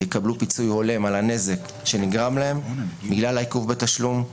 יקבלו פיצוי הולם על הנזק שנגרם להם בגלל העיכוב בתשלום,